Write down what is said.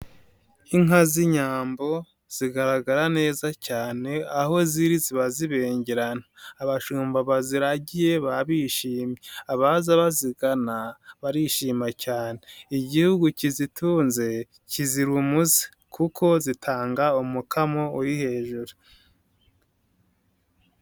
Inka z'inyambo zigaragara neza cyane, aho ziri ziba zibengerana. Abashumba baziragiye baba bishimye, abaza bazigana barishima cyane. Igihugu kizitunze kizira umuze kuko zitanga umukamo uri hejuru.